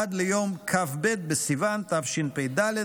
עד ליום כ"ב בסיוון התשפ"ד,